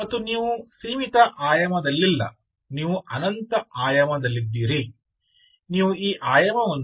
ಮತ್ತು ನೀವು ಸೀಮಿತ ಆಯಾಮದಲ್ಲಿಲ್ಲ ನೀವು ಅನಂತ ಆಯಾಮದಲ್ಲಿದ್ದೀರಿ